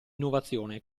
innovazione